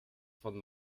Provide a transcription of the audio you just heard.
von